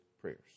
prayers